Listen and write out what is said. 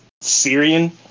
Syrian